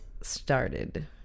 started